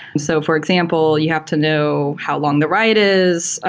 so for example, you have to know how long the ride is.